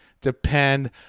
depend